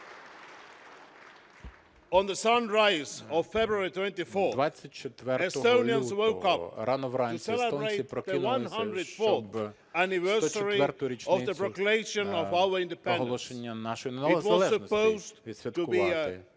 24 лютого рано-вранці естонці прокинулися, щоб 104-у річницю проголошення нашої незалежності відсвяткувати.